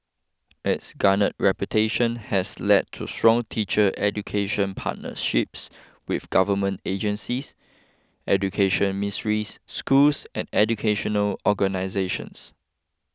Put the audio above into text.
its garnered reputation has led to strong teacher education partnerships with government agencies education ministries schools and educational organisations